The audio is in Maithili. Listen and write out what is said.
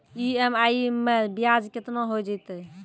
ई.एम.आई मैं ब्याज केतना हो जयतै?